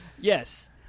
Yes